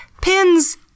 Pins